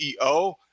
CEO